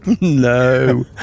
No